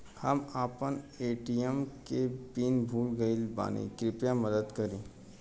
हम आपन ए.टी.एम के पीन भूल गइल बानी कृपया मदद करी